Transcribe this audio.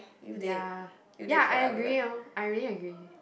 ya ya I agree orh I really agree